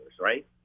right